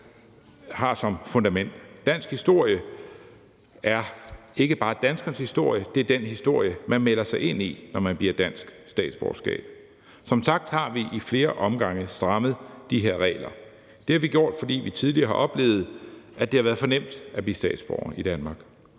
respektere dem. Dansk historie er ikke bare danskernes historie – det er den historie, man melder sig ind i, når man får et dansk statsborgerskab. Som sagt har vi i flere omgange strammet de her regler. Det har vi gjort, fordi vi tidligere har oplevet, at det har været for nemt at blive statsborger i Danmark.